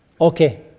Okay